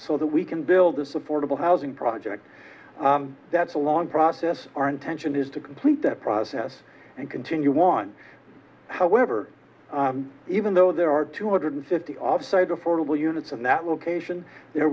so that we can build this affordable housing project that's a long process our intention is to complete that process and continue on however even though there are two hundred fifty offsite affordable units in that location there